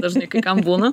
dažnai kai kam būna